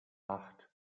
acht